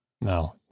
No